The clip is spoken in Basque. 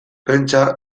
pentsa